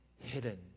hidden